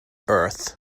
earth